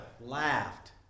laughed